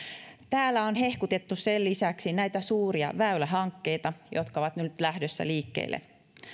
täällä on hehkutettu sen lisäksi näitä suuria väylähankkeita jotka ovat nyt lähdössä liikkeelle